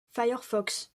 firefox